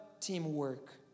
teamwork